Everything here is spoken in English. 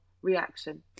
reaction